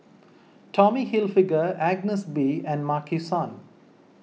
Tommy Hilfiger Agnes B and Maki San